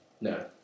No